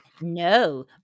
No